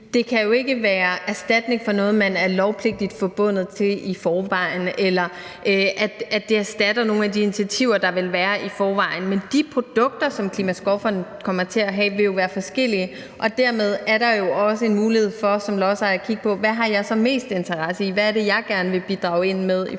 det jo ikke kan være erstatning for noget, man er lovpligtigt forbundet til i forvejen, eller erstatte nogle af de initiativer, der vil være i forvejen. Men de produkter, som Klimaskovfonden kommer til at have, vil være forskellige, og dermed er der jo også en mulighed for som lodsejer at kigge på, hvad man så har mest interesse i, og hvad det er, man gerne vil bidrage med i forhold